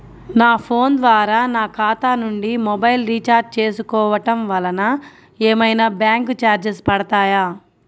నా ఫోన్ ద్వారా నా ఖాతా నుండి మొబైల్ రీఛార్జ్ చేసుకోవటం వలన ఏమైనా బ్యాంకు చార్జెస్ పడతాయా?